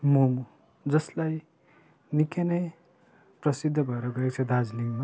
मोमो जसलाई निकै नै प्रसिद्ध भएर गएको छ दार्जिलिङमा